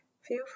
feel